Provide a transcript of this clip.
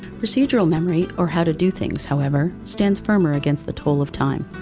procedural memory or how to do things, however, stands firmer against the toll of time,